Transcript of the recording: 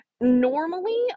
Normally